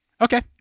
Okay